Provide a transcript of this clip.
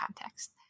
context